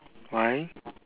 why